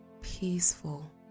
peaceful